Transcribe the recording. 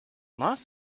los